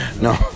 No